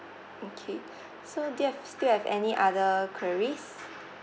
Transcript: okay so do you have still have any other queries